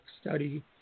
study